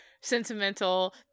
sentimental